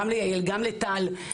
גם ליעל וגם לטל,